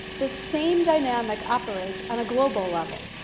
the same dynamic operates on a global level.